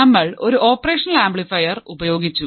നമ്മൾ ഒരു operational amplifier ഉപയോഗിച്ചു